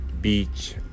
Beach